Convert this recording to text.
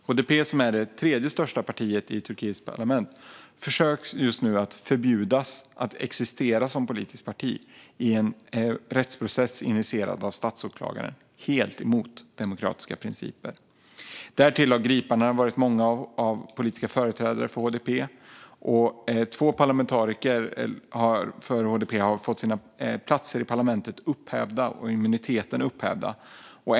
HDP är det tredje största partiet i Turkiets parlament, och man gör nu försök att förbjuda det att existera som politiskt parti i en rättsprocess initierad av statsåklagaren - helt emot demokratiska principer. Därtill har gripandena av demokratiska företrädare för HDP varit många. Två parlamentariker från HDP har fått sina platser i parlamentet upphävda och sin immunitet upphävd.